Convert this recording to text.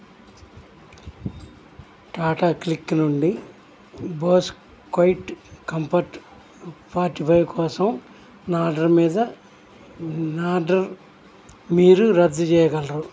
Tata Cliq నుండి Bose quiet comfort forty five కోసం నా ఆర్డర్ మీద నా ఆర్డర్ మీరు రద్దు చేయగలరు